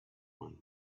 one